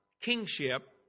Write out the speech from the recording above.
kingship